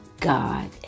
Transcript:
God